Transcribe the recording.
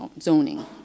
zoning